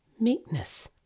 meekness